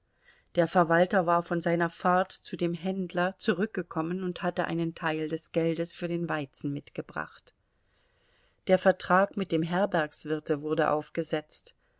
der verwalter war von seiner fahrt zu dem händler zurückgekommen und hatte einen teil des geldes für den weizen mitgebracht der vertrag mit dem herbergswirte wurde aufgesetzt